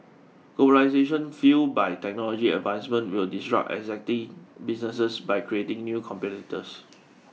globalisation fuelled by technology advancement will disrupt existing businesses by creating new competitors